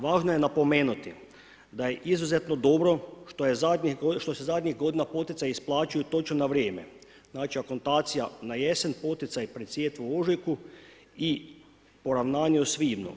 Važno je napomenuti da je izuzetno dobro što se zadnjih godina poticaji isplaćuju točno na vrijeme, znači akontacija na jesen, poticaji pred sjetvu u ožujku i poravnanje u svibnju.